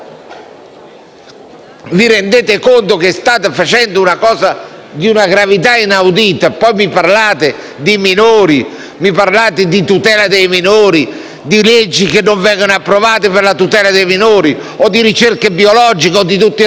di una gravità inaudita? Poi mi parlate di minori, di tutela dei minori, di leggi che non vengono approvate per la tutela dei minori o di ricerche biologiche: quando un minore ha compiuto sedici anni ha tutto il diritto